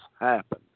happen